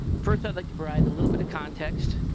first i like to provide a little bit of context.